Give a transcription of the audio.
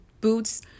boots